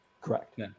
Correct